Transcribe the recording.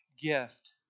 gift